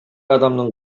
адамдын